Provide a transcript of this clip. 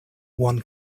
one